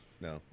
No